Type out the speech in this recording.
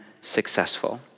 successful